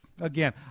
again